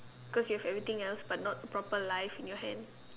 cause you have everything else but not proper life in your hand